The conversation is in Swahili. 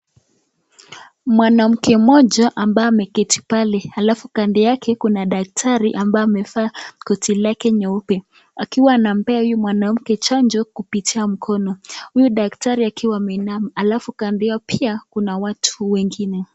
Mwanamke mmoja ambaye ameketi pale, alafu kando yake kuna daktari ambaye amevaa koti lake nyeupe, akiwa anampea huyu mwanamke chanjo kupitia mkono. Huyu daktari akiwa ameinama alafu kando yake pia kuna watu wengine.